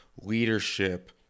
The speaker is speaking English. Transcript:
leadership